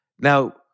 Now